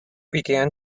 began